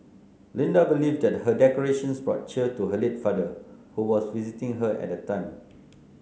Linda believe that her decorations brought cheer to her late father who was visiting her at the time